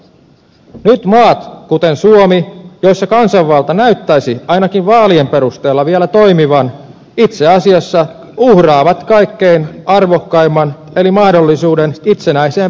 nyt maat kuten suomi joissa kansanvalta näyttäisi ainakin vaalien perusteella vielä toimivan itse asiassa uhraavat kaikkein arvokkaimman eli mahdollisuuden itsenäiseen päätöksentekoon